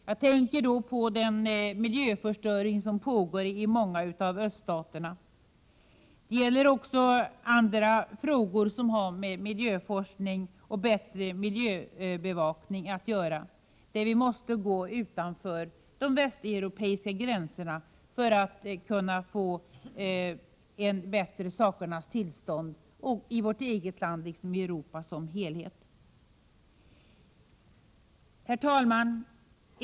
Jag tänker på den miljöförstöring som pågår i många av öststaterna. Det gäller också andra frågor som har med miljöforskning och bättre miljöbevakning att göra, där det är nödvändigt att gå utanför de västeuropeiska gränserna för att tillståndet i vårt eget land liksom i Europa som helhet skall bli bättre. Herr talman!